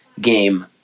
game